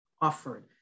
offered